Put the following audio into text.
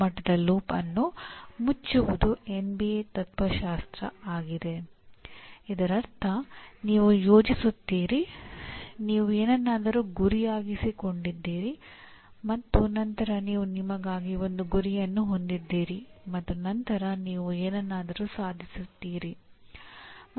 ಪ್ರತಿಯೊಂದು ಸಿದ್ಧಾಂತವು ಕಲಿಕೆಯ ಕೆಲವು ಅಂಶಗಳನ್ನು ಒತ್ತಿಹೇಳಬಹುದು ಮತ್ತು ವಾಸ್ತವವಾಗಿ ಕಲಿಕೆಯ ಎಲ್ಲಾ ಸಿದ್ಧಾಂತಗಳಿಂದ ವೈಶಿಷ್ಟ್ಯಗಳನ್ನು ತೆಗೆದು ಒಂದು ಸೂಚನೆಯನ್ನು ವಿನ್ಯಾಸಗೊಳಿಸಬಹುದು